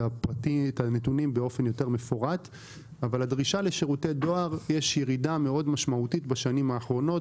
הנתונים באופן יותר מפורט - יש ירידה מאוד משמעותית בשנים האחרונות.